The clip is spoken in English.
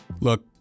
Look